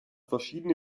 verschiedene